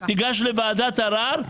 תיגש לוועדת הערר,